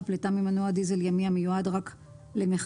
פליטה ממנוע דיזל ימי המיועד רק למחקר,